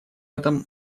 этом